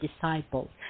disciples